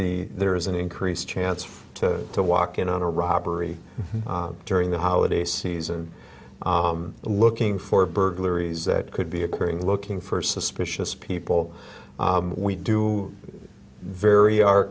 the there is an increased chance to walk in on a robbery during the holiday season looking for burglaries that could be occurring looking for suspicious people we do vary our